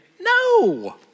No